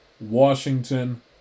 Washington